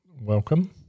Welcome